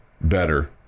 better